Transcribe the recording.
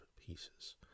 pieces